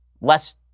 less